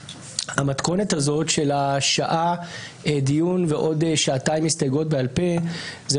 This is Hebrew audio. המתכונת הזאת של השעה דיון ועוד שנתיים הסתייגויות בעל פה זאת